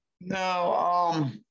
No